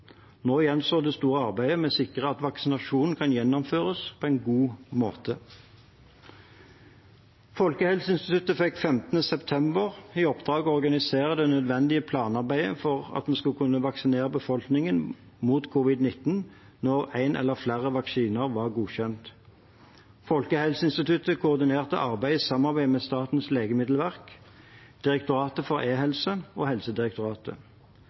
Nå gjenstår det store arbeidet med å sikre at vaksinasjonen kan gjennomføres på en god måte. Folkehelseinstituttet fikk 15. september i oppdrag å organisere det nødvendige planarbeidet for at vi skulle kunne vaksinere befolkningen mot covid-19 når en eller flere vaksiner var godkjent. Folkehelseinstituttet koordinerte arbeidet i samarbeid med Statens legemiddelverk, Direktoratet for e-helse og Helsedirektoratet.